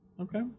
Okay